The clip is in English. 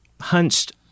hunched